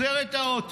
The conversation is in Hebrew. עוצר את האוטו,